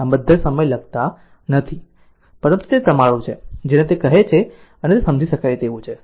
આમ બધા સમય લખતા નથી પરંતુ તે તમારું છે જેને તે કહે છે તે અન છે તે સમજી શકાય તેવું છે